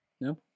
No